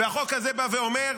והחוק הזה בא ואומר: